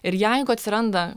ir jeigu atsiranda